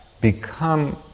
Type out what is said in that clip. become